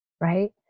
Right